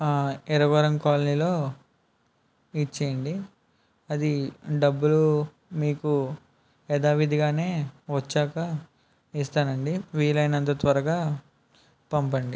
ఎర్రవరం కాలనీలో ఇచ్చేయండి అది డబ్బులు మీకు యధావిధిగానే వచ్చాక ఇస్తానండి వీలైనంత త్వరగా పంపండి